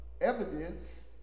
evidence